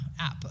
app